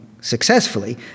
successfully